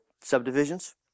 subdivisions